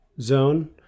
zone